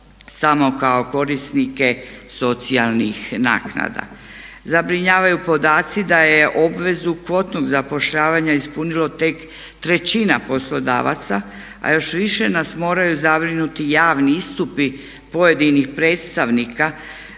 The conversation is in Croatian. samo kao korisnike socijalnih naknada. Zabrinjavaju podaci da je obvezu kvotnog zapošljavanja ispunilo tek trećina poslodavaca, a još više nas moraju zabrinuti javni istupi pojedinih predstavnika